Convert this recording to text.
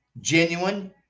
Genuine